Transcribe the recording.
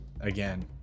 Again